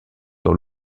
dans